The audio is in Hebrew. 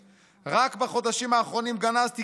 רק בחודשים האחרונים גנזתי כל חוק